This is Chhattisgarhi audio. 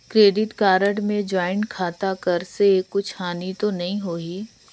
क्रेडिट कारड मे ज्वाइंट खाता कर से कुछ हानि तो नइ होही?